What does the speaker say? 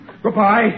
Goodbye